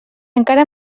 encara